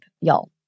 y'all